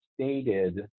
stated